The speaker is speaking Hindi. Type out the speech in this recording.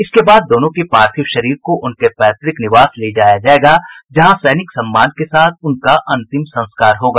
इसके बाद दोनों के पार्थिव शरीर को उनके पैतृक निवास ले जाया जायेगा जहां राजकीय सम्मान के साथ उनका अंतिम संस्कार होगा